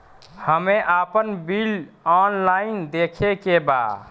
हमे आपन bill online देखे के बा?